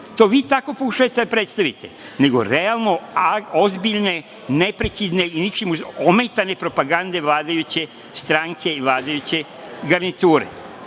to vi tako pokušavate da predstavite, nego realno ozbiljne, neprekidne i ničim ometane propagande vladajuće stranke i vladajuće garniture. To